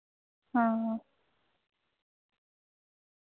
हां